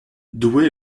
doué